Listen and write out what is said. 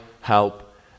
help